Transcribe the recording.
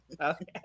Okay